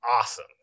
awesome